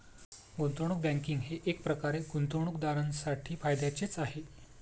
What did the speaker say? गुंतवणूक बँकिंग हे एकप्रकारे गुंतवणूकदारांसाठी फायद्याचेच आहे